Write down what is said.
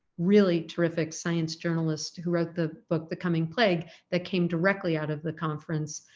really terrific science journalist who wrote the book the coming plague that came directly out of the conference,